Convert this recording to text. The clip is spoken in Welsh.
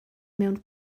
mewn